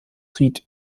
riet